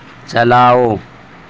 چلاؤ